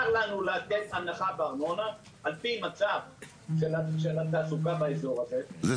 הנחה בארנונה על-פי מצב של התעסוקה באזור הזה -- זה